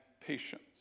patience